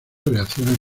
reacciones